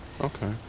Okay